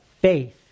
faith